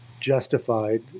justified